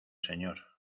señor